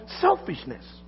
selfishness